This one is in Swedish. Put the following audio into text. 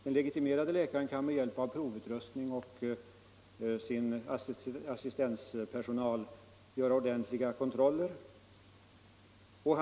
Den legitimerade läkaren kan med hjälp av provutrustning och sin assistentpersonal göra ordentliga kontroller och erforderliga provtagningar.